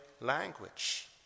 language